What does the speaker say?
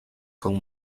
con